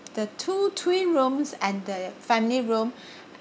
the two twin rooms and the family room